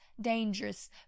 dangerous